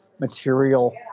material